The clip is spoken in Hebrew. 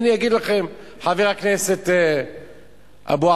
הנה, יגיד לכם חבר הכנסת אבו,